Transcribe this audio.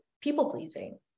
people-pleasing